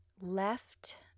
left